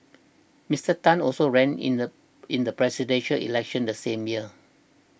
Mister Tan also ran in the in the Presidential Elections the same year